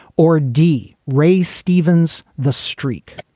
or d ray stevens, the streak